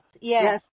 Yes